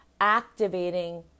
activating